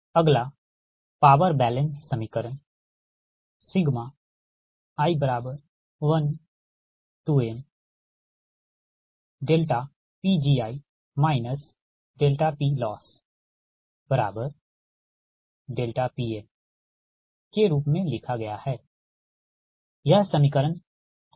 अगला power balance समीकरण i1mPgi PLossPLके रूप में लिखा गया है यह समीकरण 36 है